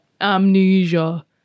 amnesia